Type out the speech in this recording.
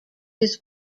his